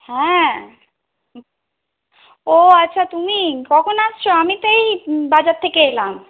হ্যাঁ ও আচ্ছা তুমি কখন আসছো আমি তো এই বাজার থেকে এলাম